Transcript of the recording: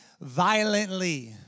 violently